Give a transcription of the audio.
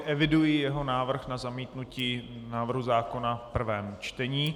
Eviduji jeho návrh na zamítnutí návrhu zákona v prvém čtení.